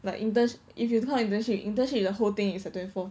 like interns if you count internship internship the whole thing is like twenty four